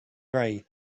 gray